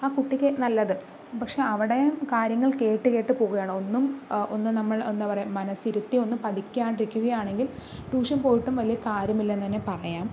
ആ കുട്ടിക്ക് നല്ലത് പക്ഷെ അവിടേയും കാര്യങ്ങൾ കേട്ടു കേട്ട് പോവുകയാണ് ഒന്നും ഒന്നും നമ്മൾ എന്താ പറയുക മനസ്സിരുത്തി ഒന്നും പഠിക്കാണ്ടിരിക്കുകയാണെങ്കിൽ ട്യൂഷൻ പോയിട്ടും വലിയ കാര്യമില്ല എന്ന് തന്നെ പറയാം